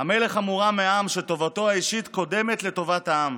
המלך המורם מעם, שטובתו האישית קודמת לטובת העם.